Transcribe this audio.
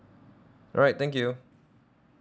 alright thank you